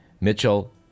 Mitchell